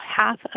half